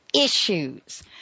issues